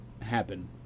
happen